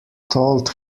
told